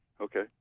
Okay